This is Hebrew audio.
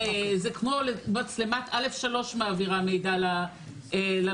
זה כמו שמצלמות א'3 מעבירה מידע למשטרה,